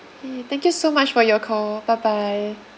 K thank you so much for your call bye bye